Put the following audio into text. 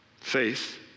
Faith